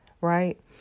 right